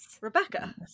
Rebecca